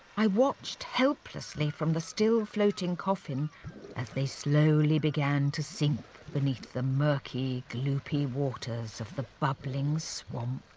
i watched helplessly from the still-floating coffin as they slowly began to sink beneath the murky, gloopy waters of the bubbling swamp